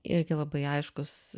irgi labai aiškus